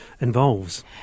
involves